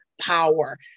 power